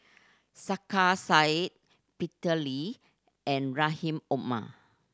Sarkasi Said Peter Lee and Rahim Omar